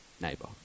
neighbor